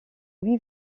huit